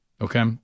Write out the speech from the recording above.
okay